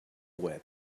web